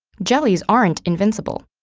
jellies aren't invincible.